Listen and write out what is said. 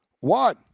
one